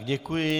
Děkuji.